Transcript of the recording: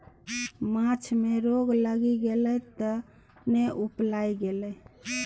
माछ मे रोग लागि गेलै तें ने उपला गेलै